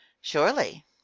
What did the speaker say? surely